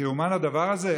זה ייאמן, הדבר הזה?